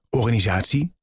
organisatie